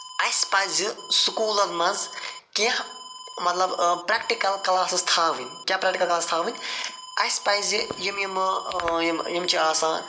اَسہِ پَزِ سکوٗلن منٛز کیٚنٛہہ مطلب پرٛیکٹٕکل کلاسِس تھاوٕنۍ کیٛاہ پرٛیکٹٕکل کلاسِس تھاوٕنۍ اَسہِ پَزِ یِم یِمہٕ یِم یِم چھِ آسان